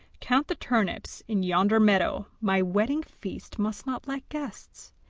count the turnips in yonder meadow. my wedding feast must not lack guests.